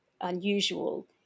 unusual